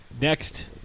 next